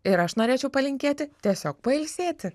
ir aš norėčiau palinkėti tiesiog pailsėti